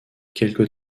quelque